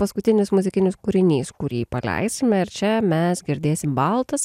paskutinis muzikinis kūrinys kurį paleisime ir čia mes girdėsim baltas